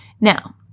Now